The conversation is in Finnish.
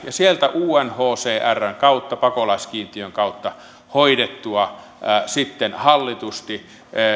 ja sieltä unhcrn kautta pakolaiskiintiön kautta hoidettua sitten hallitusti